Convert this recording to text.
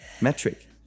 metric